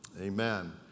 Amen